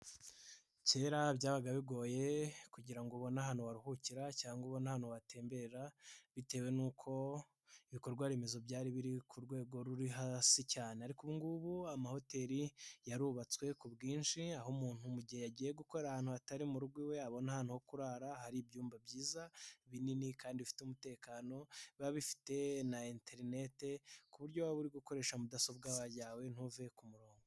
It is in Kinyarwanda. Kera byabaga bigoye kugira ngo ubone ahantu waruhukira, cyangwa ubone ahantu watemberera, bitewe n'uko ibikorwa remezo byari biri ku rwego ruri hasi cyane, ariko ngubu amahoteli yarubatswe ku bwinshi, aho umuntu mu gihe yagiye gukora ahantu hatari mu rugo iwe, abona ahantu ho kurara hari ibyumba byiza binini, kandi bifite umutekano, biba bifite na interineti, ku buryo waba uri gukoresha mudasobwa yawe ntuve ku murongo.